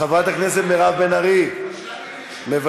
חברת הכנסת מירב בן ארי, מוותרת,